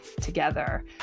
together